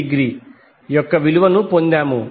యొక్క విలువను పొందాము